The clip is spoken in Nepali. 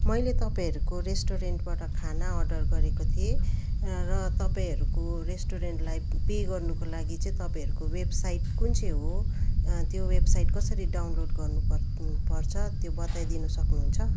मैले तपाईँहरूको रेस्टुरेन्टबाट खाना अर्डर गरेको थिएँ र तपाईँहरुको रेस्टुरेन्टलाई पे गर्नुको लागि चाहिँ तपाईँहरूको वेबसाइट कुन चाहिँ हो त्यो वबसाइट कसरी डाउनलोड गर्नु पर्छ त्यो बताइदिन सक्नु हुन्छ